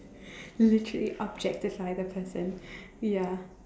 literally objectify the person ya